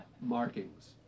markings